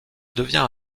devient